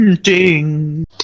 Ding